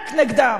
רק נגדם,